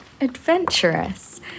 adventurous